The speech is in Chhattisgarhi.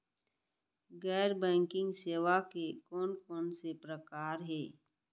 गैर बैंकिंग सेवा के कोन कोन से प्रकार हे?